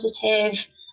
positive